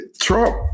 Trump